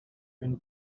une